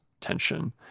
tension